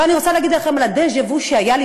אבל אני רוצה לספר לכם על הדז'ה-וו שהיה לי